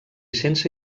sense